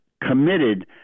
committed